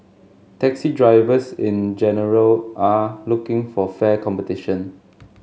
taxi drivers in general are looking for fair competition